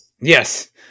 Yes